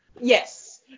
Yes